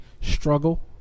struggle